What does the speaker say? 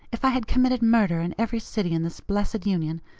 if i had committed murder in every city in this blessed union,